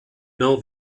know